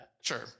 sure